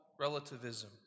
relativism